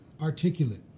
articulate